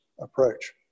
approach